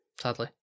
sadly